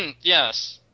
Yes